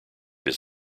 his